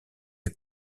les